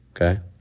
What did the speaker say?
Okay